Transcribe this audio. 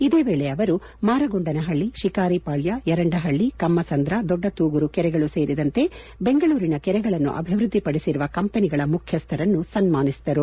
ಇದೇ ವೇಳೆ ಅವರು ಮಾರಗೊಂಡನಹಳ್ಳಿ ಶಿಕಾರಿಪಾಳ್ಯ ಯರಂಡಹಳ್ಳಿ ಕಮ್ಮಸಂದ್ರ ದೊಡ್ಡತೂಗೂರು ಕೆರೆಗಳು ಸೇರಿದಂತೆ ಬೆಂಗಳೂರಿನ ಕೆರೆಗಳನ್ನು ಅಭಿವೃದ್ಧಿ ಪಡಿಸಿರುವ ಕಂಪನಿಗಳ ಮುಖ್ಯಸ್ಥರನ್ನು ಸನ್ಮಾನಿಸಿದರು